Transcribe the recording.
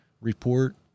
report